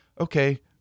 Okay